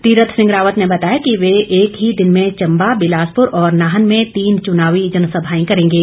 तीरथ सिंह रावत ने बताया कि वे एक ही दिन में चम्बा बिलासपुर और नाहन में तीन चुनावी जनसभाएं करेंगे